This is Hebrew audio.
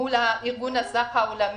מול ארגון הסחר העולמי.